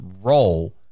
role